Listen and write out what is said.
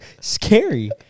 scary